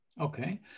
Okay